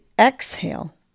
exhale